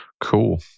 Cool